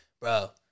bro